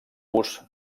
gust